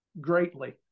greatly